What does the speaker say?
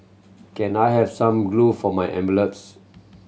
can I have some glue for my envelopes